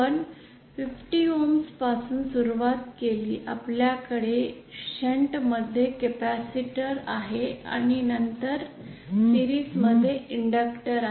आपण 50 ओहम्स पासून सुरुवात केली आपल्याकडे शंट मध्ये कॅपेसिटर आहे आणि नंतर मालिकेतील एक इंडक्टर